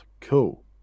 cool